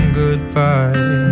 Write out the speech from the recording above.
goodbye